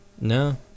No